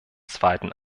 zweiten